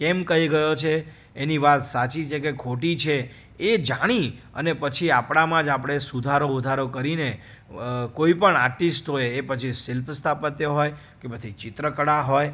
કેમ કહી ગયો છે એની વાત સાચી છે કે ખોટી છે એ જાણી અને પછી આપણામાં જ આપણે સુધારો વધારો કરીને કોઈપણ આર્ટિસ્ટ હોય એ પછી શિલ્પ સ્થાપત્ય હોય કે પછી ચિત્રકળા હોય